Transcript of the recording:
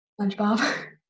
SpongeBob